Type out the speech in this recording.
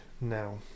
now